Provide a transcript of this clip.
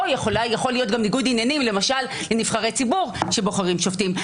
או יכול להיות גם ניגוד עניינים למשל לנבחרי ציבור שבוחרים שופטים.